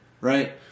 Right